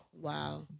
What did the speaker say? Wow